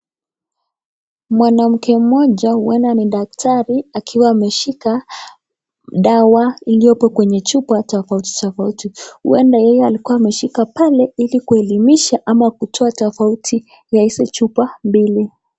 Mwanamke mmoja huenda ni daktari akiwa ameshika dawa iliyopo kwenye chupa tofauti tofauti, huenda yeye alikuwa ameshika pale ili kuelimisha ama kutoa tofauti ya hizi chupa mbili.